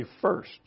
first